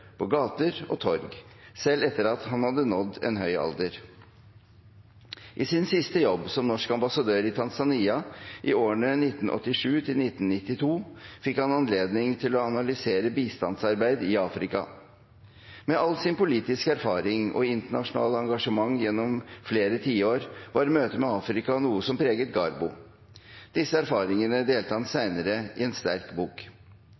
på gater og torg, selv etter at han hadde nådd en høy alder. I sin siste jobb, som norsk ambassadør i Tanzania i årene 1987–1992, fikk han anledning til å analysere bistandsarbeid i Afrika. Med all sin politiske erfaring og sitt internasjonale engasjement gjennom flere tiår var møtet med Afrika noe som preget Garbo. Disse erfaringene delte han senere i en sterk bok.